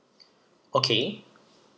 okay